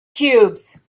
cubes